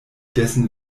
dessen